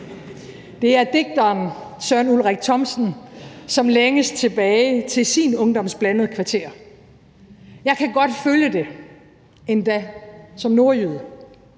Det er digteren Søren Ulrik Thomsen, som længes tilbage til sin ungdoms blandede kvarter. Jeg kan godt følge det, endda som nordjyde.